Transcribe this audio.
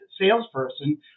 salesperson